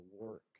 work